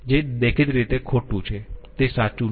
જે દેખીતી રીતે ખોટું છે તે સાચું નથી